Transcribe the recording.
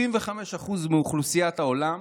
75% מאוכלוסיית העולם